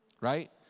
right